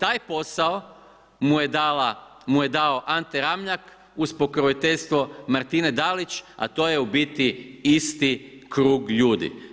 Taj posao mu je dao Ante Ramljak uz pokroviteljstvo Martine Dalić, a to je u biti isti krug ljudi.